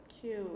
Cute